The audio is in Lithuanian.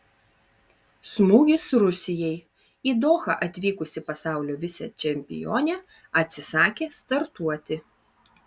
smūgis rusijai į dohą atvykusi pasaulio vicečempionė atsisakė startuoti